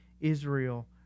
Israel